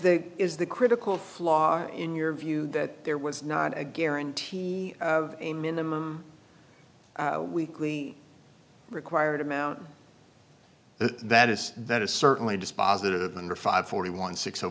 there is the critical flaw in your view that there was not a guarantee of a minimum weekly required amount and that is that is certainly dispositive under five forty one six